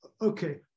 Okay